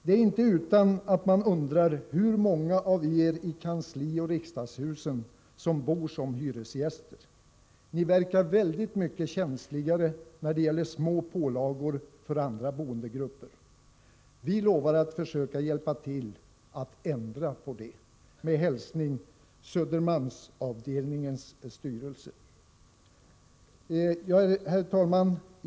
Det är inte utan att man undrar hur många av er i Kanslioch Riksdagshusen som bor som hyresgäster. Ni verkar väldigt mycket känsligare när det gäller små pålagor för andra boendegrupper. Vi lovar att försöka hjälpa till att ändra på det! Herr talman!